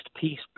peace